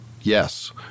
yes